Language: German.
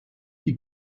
die